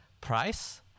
price